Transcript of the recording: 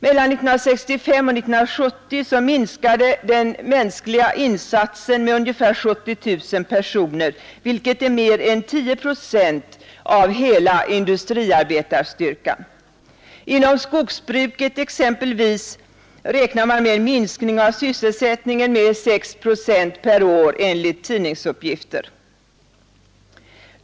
Mellan 1965 och 1970 minskade den mänskliga insatsen med ungefär 70 000 personer, vilket är mer än 10 procent av hela industriarbetarstyrkan. Inom skogsbruket exempelvis räknar man med en minskning av sysselsättningen med 6 procent per år enligt tidningsuppgifter.